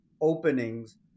openings